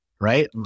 Right